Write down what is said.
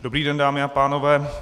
Dobrý den, dámy a pánové.